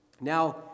Now